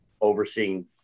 overseeing